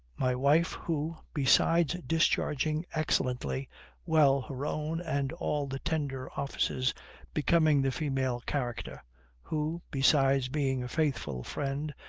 my wife, who, besides discharging excellently well her own and all the tender offices becoming the female character who, besides being a faithful friend,